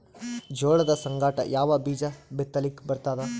ಜೋಳದ ಸಂಗಾಟ ಯಾವ ಬೀಜಾ ಬಿತಲಿಕ್ಕ ಬರ್ತಾದ?